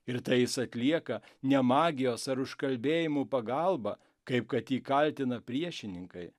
ir tai jis atlieka ne magijos ar užkalbėjimų pagalba kaip kad jį kaltina priešininkai